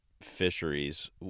fisheries